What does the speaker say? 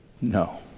No